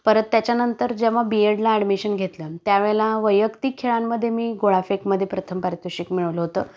परत त्याच्यानंतर जेव्हा बी एडला ॲडमिशन घेतलं त्यावेळेला वैयक्तिक खेळांमध्ये मी गोळाफेकमध्ये प्रथम पारितोषिक मिळवलं होतं